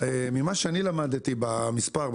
ממה שאני למדתי במספר,